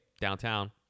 downtown